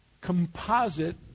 composite